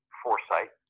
foresight